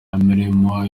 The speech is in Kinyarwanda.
imirimo